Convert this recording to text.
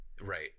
Right